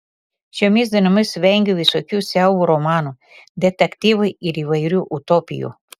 šiomis dienomis vengiu visokių siaubo romanų detektyvų ir įvairių utopijų